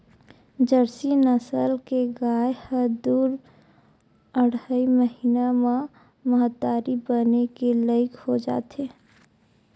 Jersey नसल के गाय ह दू अड़हई महिना म महतारी बने के लइक हो जाथे